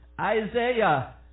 Isaiah